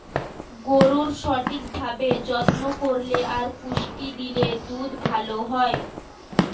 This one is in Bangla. গরুর সঠিক ভাবে যত্ন করলে আর পুষ্টি দিলে দুধ ভালো হয়